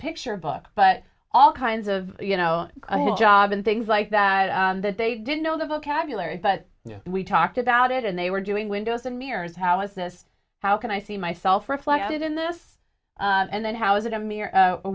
picture book but all kinds of you know job and things like that that they didn't know the vocabulary but we talked about it and they were doing windows and mirrors how is this how can i see myself reflected in this and then how is it a